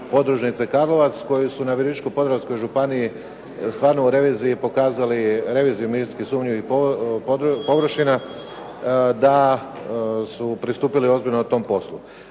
podružnice Karlovac, koji su na Virovitičko-podravskoj županiji stvarno u reviziji pokazali, reviziji minski sumnjivih površina da su pristupili ozbiljno tom poslu.